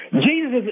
Jesus